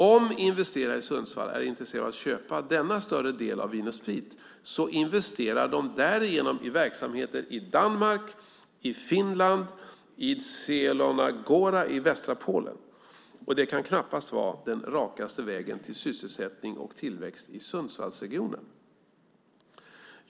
Om Investera i Sundsvall är intresserad av att köpa denna större del av Vin & Sprit investerar de därigenom i verksamheter i Danmark, i Finland och i Zielona Gora i västra Polen. Det kan knappast vara den rakaste vägen till sysselsättning och tillväxt i Sundsvallsregionen.